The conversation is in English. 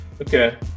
Okay